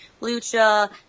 Lucha